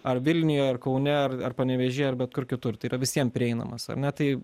ar vilniuj ar kaune ar ar panevėžy ar bet kur kitur tai yra visiem prieinamas ar ne tai